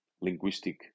linguistic